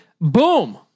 boom